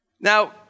Now